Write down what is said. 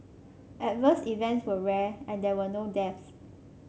adverse events were rare and there were no deaths